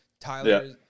Tyler